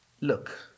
Look